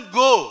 go